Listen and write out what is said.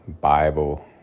Bible